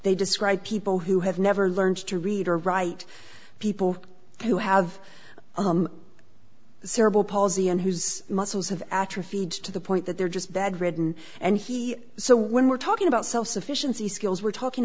they describe people who have never learned to read or write people who have cerebral palsy and whose muscles have atrophied to the point that they're just bedridden and he so when we're talking about self sufficiency skills we're talking